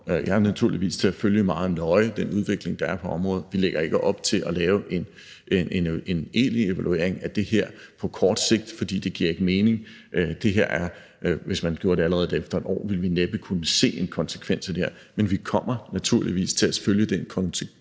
jeg naturligvis til meget nøje at følge den udvikling, der er på området. Vi lægger ikke op til at lave en egentlig evaluering af det her på kort sigt, for det giver ikke mening. Hvis vi gjorde det allerede efter et år, ville vi næppe kunne se en konsekvens af det her. Men vi kommer naturligvis til at følge den konkrete